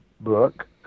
book